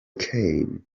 came